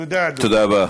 תודה, אדוני.